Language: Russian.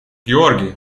георгий